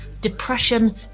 Depression